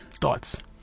thoughts